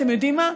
אתם יודעים מה,